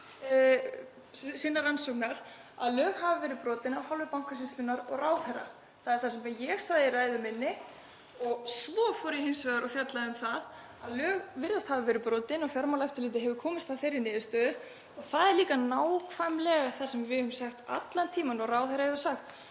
sinnar rannsóknar að lög hefðu verið brotin af hálfu Bankasýslunnar og ráðherra. Það er það sem ég sagði í ræðu minni. Svo fjallaði ég hins vegar um það að lög virðast hafa verið brotin og Fjármálaeftirlitið hefur komist að þeirri niðurstöðu og það er líka nákvæmlega það sem við höfum sagt allan tímann og ráðherra hefur sagt: